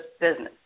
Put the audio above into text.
business